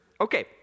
Okay